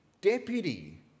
deputy